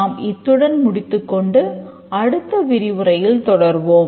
நாம் இத்துடன் முடித்துக் கொண்டு அடுத்த விரிவுரையில் தொடர்வோம்